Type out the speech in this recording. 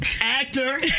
actor